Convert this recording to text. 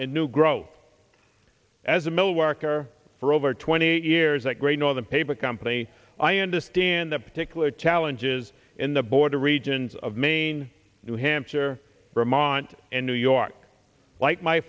and new grow as a mill worker for over twenty years that great northern paper company i understand the particular challenges in the border regions of maine new hampshire vermont and new york like my